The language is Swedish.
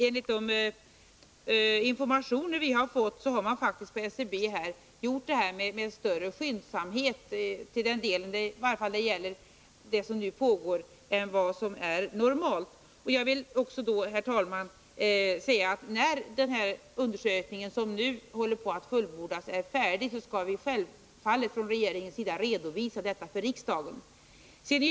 Enligt de informationer som vi har fått har statistiska centralbyrån faktiskt — åtminstone beträffande vad som nu pågår — agerat med större skyndsamhet än vad som är normalt. Jag vill också, herr talman, säga att när den undersökning som nu håller på att fullbordas är färdig skall vi självfallet från regeringens sida redovisa detta för riksdagen.